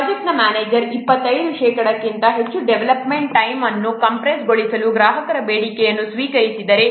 project manager 25 ಶೇಕಡಾಕ್ಕಿಂತ ಹೆಚ್ಚು development time ಅನ್ನು ಕಂಪ್ರೇಸ್ಗೊಳಿಸಲು ಗ್ರಾಹಕರ ಬೇಡಿಕೆಯನ್ನು ಸ್ವೀಕರಿಸಿದರೆ